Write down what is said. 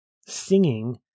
singing